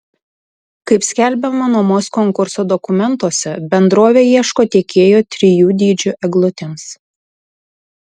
kaip skelbiama nuomos konkurso dokumentuose bendrovė ieško tiekėjo trijų dydžių eglutėms